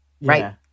Right